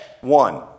one